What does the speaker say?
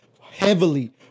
heavily